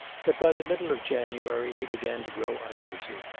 but by the middle of january he began to grow uneasy.